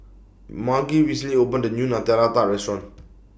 Margy recently opened New Nutella Tart Restaurant